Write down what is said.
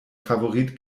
favorit